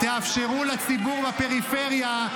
תאפשרו לציבור בפריפריה,